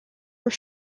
were